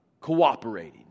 cooperating